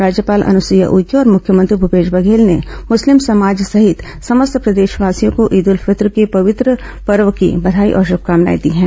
राज्यपाल अनुसुईया उइके और मुख्यमंत्री भूपेश बघेल ने मुस्लिम समाज सहित समस्त प्रदेशवासियों को ईद उल फितर के पवित्र पर्व की बधाई और शुभकामनाए दी हैं